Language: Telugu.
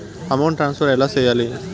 అమౌంట్ ట్రాన్స్ఫర్ ఎలా సేయాలి